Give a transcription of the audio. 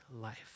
life